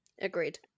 Agreed